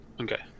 Okay